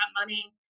money